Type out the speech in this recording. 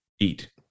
eat